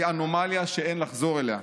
היא אנומליה שאין לחזור אליה.